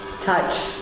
touch